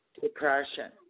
depression